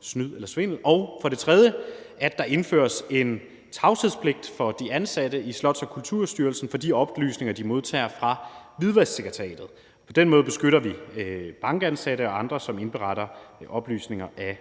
snyd eller svindel. For det tredje indføres der en tavshedspligt for de ansatte i Slots- og Kulturstyrelsen vedrørende de oplysninger, de modtager fra Hvidvasksekretariatet. På den måde beskytter vi bankansatte og andre, som indberetter oplysninger ad